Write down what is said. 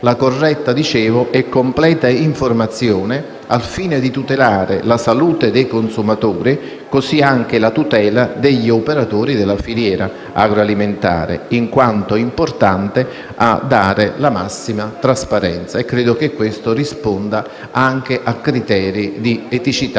importante - e completa informazione, la salute dei consumatori e la tutela degli operatori della filiera agroalimentare in quanto importante a dare la massima trasparenza. E credo che questo risponda anche a criteri di eticità